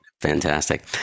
Fantastic